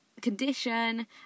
condition